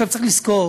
צריך לזכור